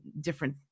different